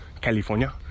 California